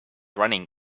running